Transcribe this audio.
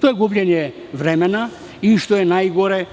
To je gubljenje vremena i što je najgore